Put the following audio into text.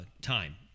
time